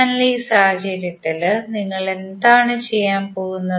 അതിനാൽ ഈ സാഹചര്യത്തിൽ നിങ്ങൾ എന്താണ് ചെയ്യാൻ പോകുന്നത്